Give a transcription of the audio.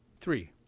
Three